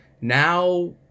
Now